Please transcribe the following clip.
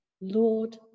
Lord